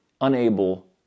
unable